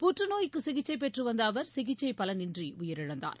புற்றநோய்க்குசிகிச்சைபெற்றுவந்தஅவர் சிகிச்சைபலனின்றிஉயிரிழந்தார்